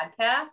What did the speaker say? podcast